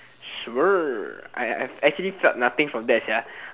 sure I I I have actually felt nothing from that sia